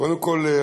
קודם כול,